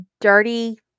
dirty